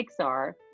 pixar